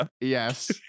Yes